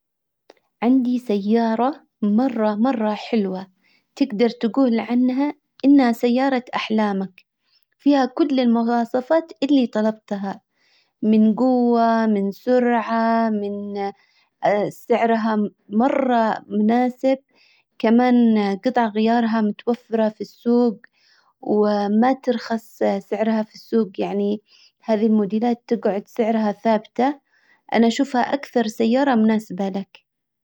عندي سيارة مرة مرة حلوة. تقدر تجول عنها انها سيارة احلامك. فيها كل المواصفات اللي طلبتها. من جوة من سرعة من سعرها مرة مناسب. كمان قطع غيارها متوفرة في السوق. وما ترخص سعرها في السوق يعني هذي الموديلات تقعد سعرها ثابتة. انا اشوفها اكثر سيارة مناسبة لك.